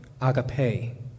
agape